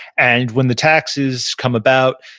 and when the taxes come about,